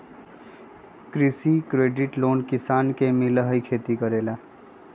कृषि credit loan किसान के मिलहई खेती करेला?